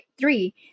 three